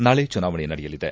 ನಾಳೆ ಚುನಾವಣೆ ನಡೆಯಲಿದೆ